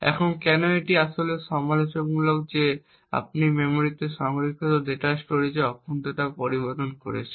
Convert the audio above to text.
এখন কেন এটি আসলে সমালোচনামূলক যে আপনি মেমরিতে সংরক্ষিত ডেটা স্টোরেজের অখণ্ডতা পরিবর্তন করছেন